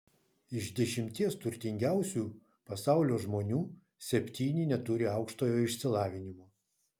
iš dešimties turtingiausių pasaulio žmonių septyni neturi aukštojo išsilavinimo